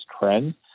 trend